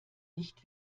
nicht